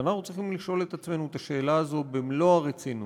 ואנחנו צריכים לשאול את עצמנו את השאלה הזאת במלוא הרצינות: